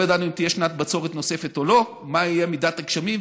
לא ידענו אם תהיה שנת בצורת נוספת או לא ומה תהיה מידת הגשמים,